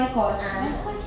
ah